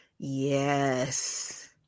yes